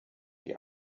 die